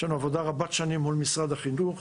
יש לנו עבודה רבת שנים מול משרד החינוך.